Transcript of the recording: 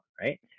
right